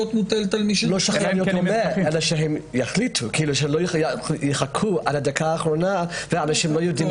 שהם יחליטו ולא יחכו עד הדקה האחרונה ואנשים לא יודעים.